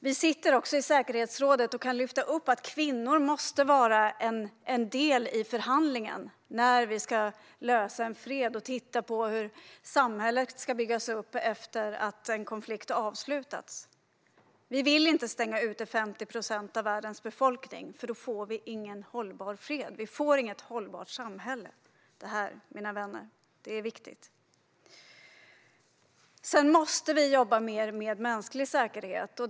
Sverige kan i säkerhetsrådet lyfta upp att kvinnor måste vara en del när en fred ska förhandlas fram efter att en konflikt har avslutats och i arbetet med hur samhället ska byggas upp. Vi vill inte stänga ute 50 procent av världens befolkning. Då blir det ingen hållbar fred, och det blir inte ett hållbart samhälle. Det, mina vänner, är viktigt. Vi måste jobba mer med frågor om mänsklig säkerhet.